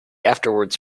afterwards